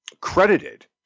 credited